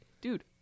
dude